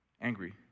angry